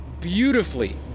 beautifully